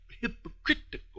hypocritical